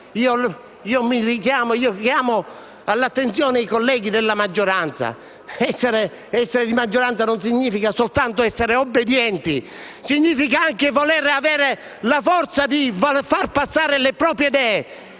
Richiamo all'attenzione i colleghi della maggioranza: essere di maggioranza non significa soltanto essere obbedienti, ma significa anche avere la forza di far passare le proprie idee.